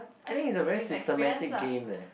I think is a very systematic game leh